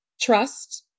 Trust